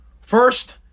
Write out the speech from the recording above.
First